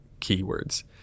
keywords